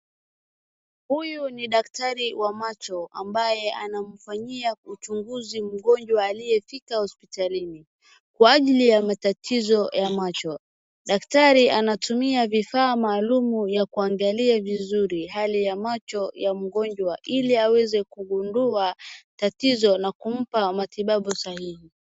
Huyu ni daktari wa macho ambaye anamfanyia uchunguzi mgonjwa aliyefika hopsitalini kwa ajili ya matatizo ya macho. Daktari anatumia vifaa maalum ya kuangalia vizuri hali ya macho ya mgonjwa ili aweze kugundua tatizo na kumpa matibabu sahihi.